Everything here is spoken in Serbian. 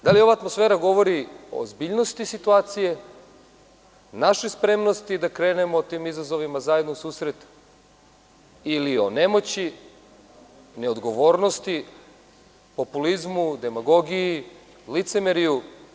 Da li ova atmosfera govori o ozbiljnosti situacije, našoj spremnosti da krenemo tim izazovima zajedno u susret ili o nemoći, neodgovornosti, populizmu, demagogiji, licemerju?